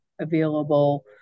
available